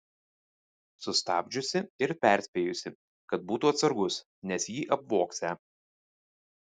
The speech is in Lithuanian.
sustabdžiusi ir perspėjusi kad būtų atsargus nes jį apvogsią